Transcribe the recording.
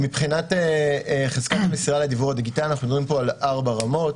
מבחינת חזקת מסירה לדיוור הדיגיטלי אנחנו מדברים פה על ארבע רמות: